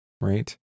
right